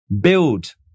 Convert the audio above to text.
build